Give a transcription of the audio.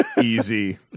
Easy